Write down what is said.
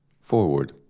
Forward